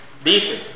Dice